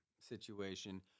situation